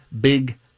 big